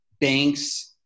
banks